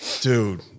Dude